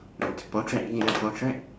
like